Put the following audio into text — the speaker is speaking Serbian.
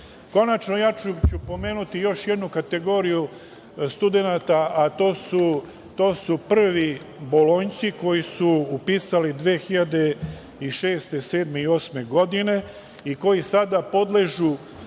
ja ću pomenuti još jednu kategoriju studenata, a to su prvi bolonjci koji su upisali 2006, 2007. i 2008. godine i koji sada podležu